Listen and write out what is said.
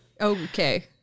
Okay